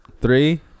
Three